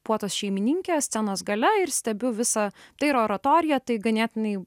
puotos šeimininkė scenos gale ir stebiu visą tai yra oratorija tai ganėtinai